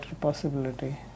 possibility